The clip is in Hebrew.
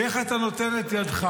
איך אתה נותן את ידך